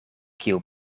kiu